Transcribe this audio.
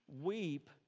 weep